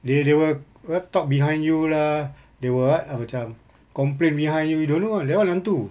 they they will what talk behind you lah they will what ah macam complain behind you you don't know ah that one hantu